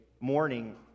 morning